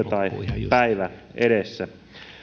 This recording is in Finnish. tai päivä edessä